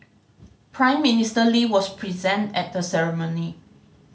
Prime Minister Lee was present at the ceremony